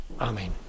Amen